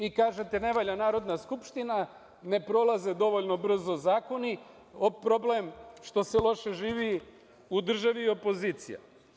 I, kažete ne valja Narodna skupština, ne prolaze dovoljno brzo zakoni, problem što se loše živi u državi je opozicija.